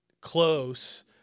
close